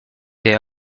they